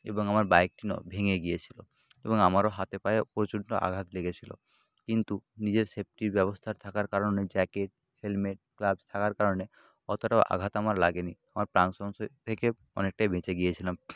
এবং আমার বাইকটি না ভেঙ্গে গিয়েছিলো এবং আমারও হাতে পায়ে প্রচণ্ড আঘাত লেগেছিলো কিন্তু নিজের সেফটির ব্যবস্থার থাকার কারণে জ্যাকেট হেলমেট গ্লাভস থাকার কারণে অতোটাও আঘাত আমার লাগে নি আমার প্রাণ সংশয় থেকে অনেকটাই বেঁচে গিয়েছিলাম